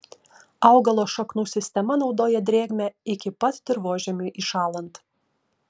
augalo šaknų sistema naudoja drėgmę iki pat dirvožemiui įšąlant